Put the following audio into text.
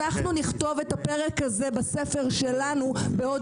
אנחנו נכתוב את הפרק הזה בספר שלנו בעוד